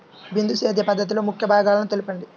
బిందు సేద్య పద్ధతిలో ముఖ్య భాగాలను తెలుపండి?